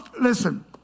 Listen